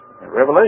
Revelation